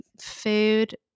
food